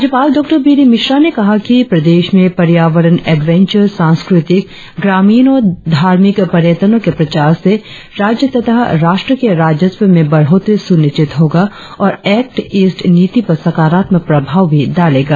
राज्यपाल डॉ B D Mishra ने कहा कि प्रदेश में पर्यावरण एडवेंजर सांस्कृतिक ग्रामीण और धार्मिक पर्यटनों के प्रचार से राज्य तथा राष्ट्र के राजस्व में बढ़ोत्तरी सुनिश्चित होगा और एक्ट ईस्ट नीति पर सकारात्मक प्रभाव भी डालेगा